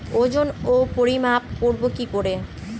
ওজন ও পরিমাপ করব কি করে?